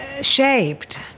shaped